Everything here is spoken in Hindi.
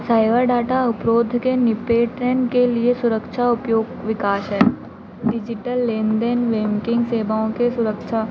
साइबर डाटा उपरोध के निपटन के लिए सुरक्षा उपयोग विकास है डिजिटल लेन देन बेंकिंग सेवाओं के सुरक्षा